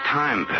time